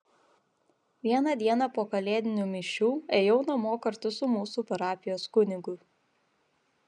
vieną dieną po kalėdinių mišių ėjau namo kartu su mūsų parapijos kunigu